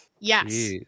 yes